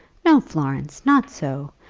no, florence not so.